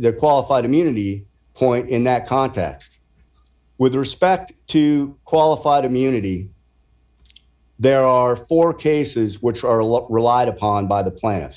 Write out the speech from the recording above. their qualified immunity point in that context with respect to qualified immunity there are four cases which are a lot relied upon by the plan